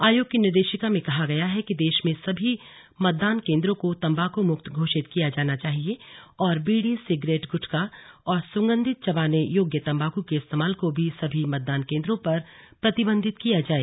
आयोग की निर्देशिका में कहा गया है कि देश में सभी मतदान केन्द्रों को तम्बाक् मुक्त घोषित किया जाना चाहिए और बीड़ी सिगरेट गुटखा और सुगंधित चबाने योग्य तम्बाकू के इस्तेमाल को भी सभी मतदान केन्द्रों पर प्रतिबंधित किया जाए